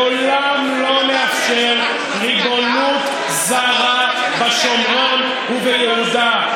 לעולם לא נאפשר ריבונות זרה בשומרון וביהודה.